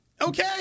Okay